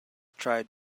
tried